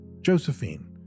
josephine